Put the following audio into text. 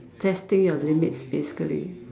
testing your limits basically